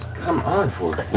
come on, fjord.